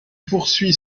poursuit